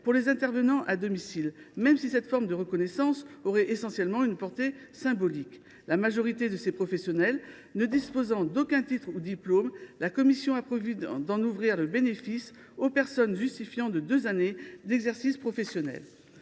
pour les intervenants à domicile, même si cette forme de reconnaissance aurait essentiellement une portée symbolique. La majorité de ces professionnels ne disposant d’aucun titre ou diplôme, la commission a prévu d’en ouvrir le bénéfice aux personnes justifiant de deux années d’exercice professionnel.